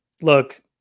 look